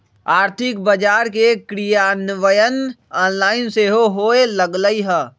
आर्थिक बजार के क्रियान्वयन ऑनलाइन सेहो होय लगलइ ह